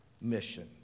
mission